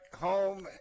home